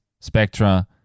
Spectra